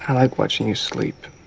and like watching you sleep